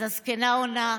אז הזקנה עונה: